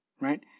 Right